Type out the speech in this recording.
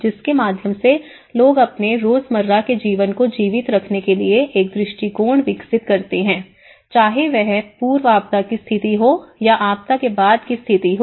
जिसके माध्यम से लोग अपने रोजमर्रा के जीवन को जीवित रखने के लिए एक दृष्टिकोण विकसित करते हैं चाहे वह पूर्व आपदा की स्थिति हो या आपदा के बाद की स्थिति हो